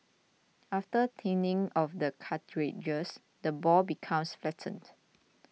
after thinning of the cartilages the ball becomes flattened